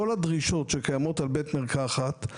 כול הדרישות שקיימות על בית מרקחת,